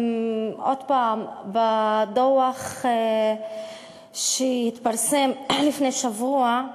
עוד הפעם, בדוח שהתפרסם לפני שבוע,